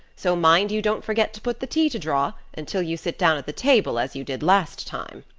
so mind you don't forget to put the tea to draw until you sit down at the table as you did last time.